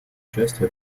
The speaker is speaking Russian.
участие